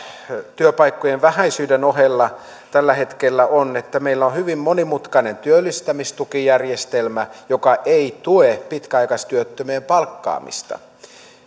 työpaikkojen vähäisyyden ohella tällä hetkellä on että meillä on hyvin monimutkainen työllistämistukijärjestelmä joka ei tue pitkäaikaistyöttömien palkkaamista